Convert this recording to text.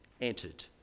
entered